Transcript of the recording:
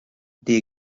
the